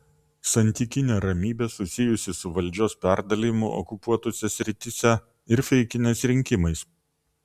santykinė ramybė susijusi su valdžios perdalijimu okupuotose srityse ir feikiniais rinkimais